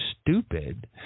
stupid